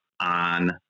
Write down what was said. on